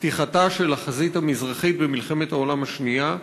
פתיחת החזית המזרחית במלחמת העולם השנייה,